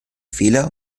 fehler